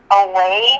away